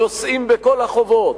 נושאים בכל החובות,